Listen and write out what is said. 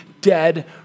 dead